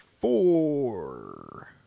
four